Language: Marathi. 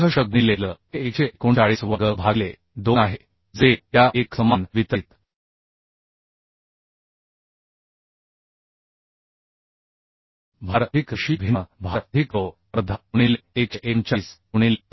64 गुणिले L हे 139 वर्ग भागिले 2 आहे जे या एकसमान वितरित भार अधिक रेषीय भिन्न भार अधिक जो अर्धा गुणिले 139 गुणिले 5